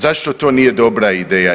Zašto to nije dobra ideja?